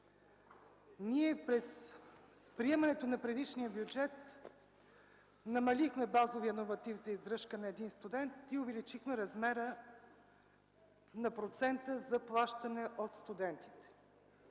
С приемането на предишния бюджет намалихме базовия норматив за издръжка на един студент и увеличихме размера на процента за плащане от студентите.